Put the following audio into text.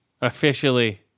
Officially